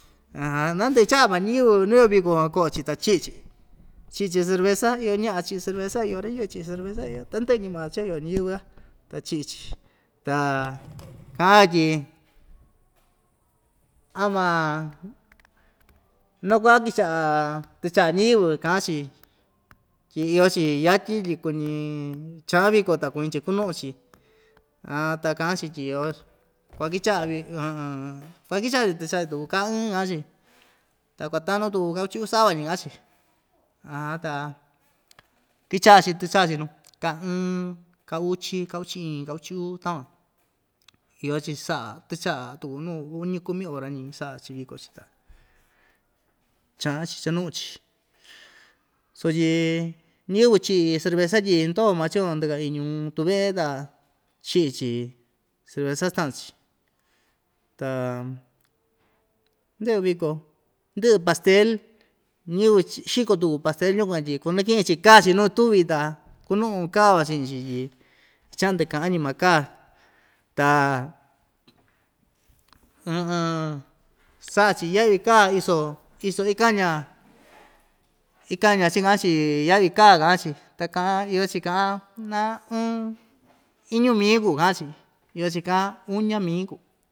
naa ndɨꞌɨ chaꞌa maa ñiyɨvɨ nuu iyo viko van koꞌo‑chi ta chiꞌi‑chi chiꞌi‑chi cerveza iyo ñaꞌa chiꞌi cerveza iyo rayɨɨ chiꞌi cerveza iyo tandɨꞌɨ ñimaa cha iyo ñayɨ́vɨ́ a ta chiꞌi‑chi ta kaꞌa‑yo tyi ama nakuaꞌa kɨchaꞌa tɨchaꞌa ñiyɨvɨ kaꞌa‑chi tyi iyo‑chi yatyi tyi kuñi chaꞌan viko ta kuñi‑chi kunuꞌu‑chi aa ta kaꞌa‑chi tyi iyo kuakichaꞌa vik kuakichaꞌa tɨchaꞌa‑chi takuu ka ɨɨn kaꞌa‑chi ta kuatanu tuku ka uchi uu sava‑ñi kaꞌa‑chi ta kichaꞌa‑chi tɨchaꞌa‑chi nuu ka ɨɨn ka uchi ka uchi iin ka uchi uu takuan iyo‑chi saꞌa tɨchaꞌa tuku nuu uñi kumi hora‑ñi saꞌa‑chi viko‑chi ta chaꞌan‑chi chanuꞌun‑chi sutyi ñiyɨvɨ chiꞌi cerveza tyi ndoo maa chi van ndɨka iin ñuu tuveꞌe ta chiꞌi‑chi cerveza staꞌan‑chi ta ndɨꞌɨ viko ndɨꞌɨ pastel ñiyɨvɨ xiko tuku pastel yukuan tyi kunakiꞌi‑chi kaa‑chi nuu ituvi ta kunuꞌun kaa van chiꞌin‑chi tyi ichaꞌan ndɨkaꞌan ñima kaa ta saꞌa‑chi yaꞌvi kaa iso iso ikaña ikaña chikaꞌa‑chi yaꞌvi kaa kaꞌan‑chi ta kaꞌa iyo‑chi kaꞌan naa ɨɨn iñu mii kuu kaꞌan‑chi iyo‑chi kaꞌan uña mii kuu.